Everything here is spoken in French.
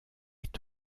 est